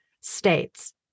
states